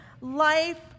Life